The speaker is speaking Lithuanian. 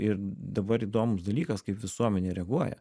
ir dabar įdomus dalykas kaip visuomenė reaguoja